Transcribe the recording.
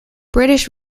british